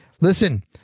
Listen